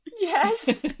Yes